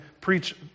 preach